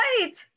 right